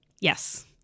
Yes